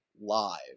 live